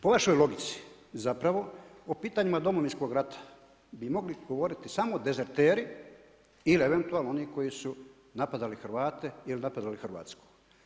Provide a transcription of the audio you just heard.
Po vašoj logici zapravo o pitanjima Domovinskog rata bi mogli govoriti samo dezerteri ili eventualno oni koji su napadali Hrvate ili napadali Hrvatsku.